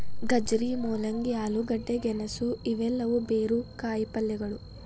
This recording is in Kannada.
ಗಜ್ಜರಿ, ಮೂಲಂಗಿ, ಆಲೂಗಡ್ಡೆ, ಗೆಣಸು ಇವೆಲ್ಲವೂ ಬೇರು ಕಾಯಿಪಲ್ಯಗಳು